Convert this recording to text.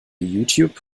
youtube